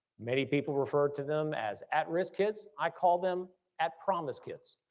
many people refer to them as at-risk kids. i call them at-promise kids.